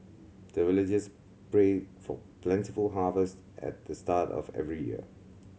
the villagers pray for plentiful harvest at the start of every year